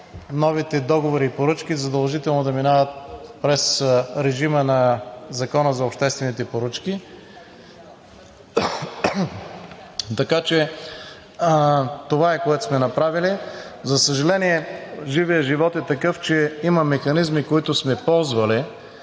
новите договори и поръчки задължително да минават през режима на Закона за обществените поръчки. Това е, което сме направили. За съжаление, живият живот е такъв, че има механизми, които сме ползвали.